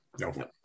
No